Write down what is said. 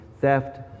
theft